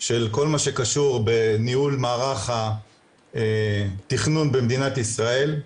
של כל מה שקשור בניהול מערך התכנון במדינת ישראל,